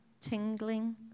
tingling